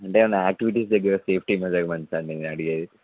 అంటే ఏమైనా యాక్టివిటీస్ దగ్గర సేఫ్టీ మెజర్మెంట్స్ అడిగేది